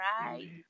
right